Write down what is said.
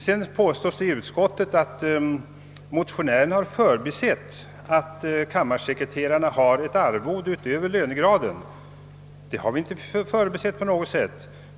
Sedan påstår utskottet att motionärerna har förbisett, att kammarsekreterarna har ett arvode utöver lönegradslönen. Det har vi inte förbisett på något sätt.